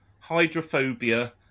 hydrophobia